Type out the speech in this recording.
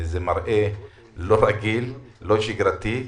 זה מראה לא רגיל, לא שגרתי.